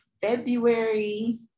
February